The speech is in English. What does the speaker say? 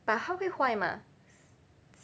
but 它会坏吗